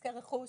בנזקי רכוש